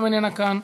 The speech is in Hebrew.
גם איננה כאן.